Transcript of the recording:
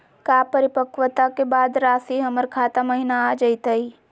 का परिपक्वता के बाद रासी हमर खाता महिना आ जइतई?